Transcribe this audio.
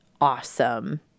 awesome